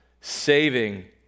saving